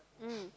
mm